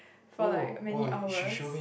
for like many hours